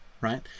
right